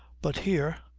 but here,